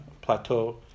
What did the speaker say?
plateau